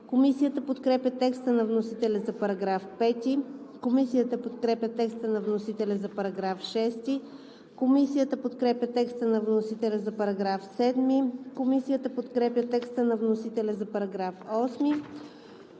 Комисията подкрепя текста на вносителя за § 6. Комисията подкрепя текста на вносителя за § 7. Комисията подкрепя текста на вносителя за § 8. Комисията подкрепя текста на вносителя за § 9.